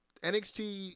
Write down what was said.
NXT